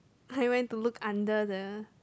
I went to look under the